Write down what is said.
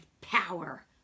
power